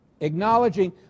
Acknowledging